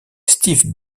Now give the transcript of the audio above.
steve